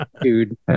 dude